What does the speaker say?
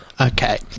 Okay